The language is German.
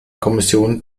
kommission